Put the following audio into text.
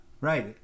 Right